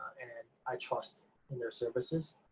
and i trust in their services.